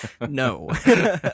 No